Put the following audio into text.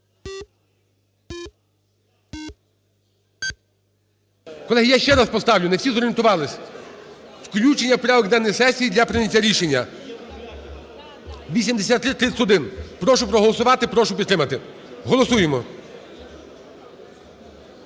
Колеги, я ще раз поставлю, не всі зорієнтувалися. Включення в порядок денний сесії для прийняття рішення 8331. Прошу проголосувати, прошу підтримати. Голосуємо.